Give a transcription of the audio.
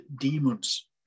demons